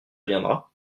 viendra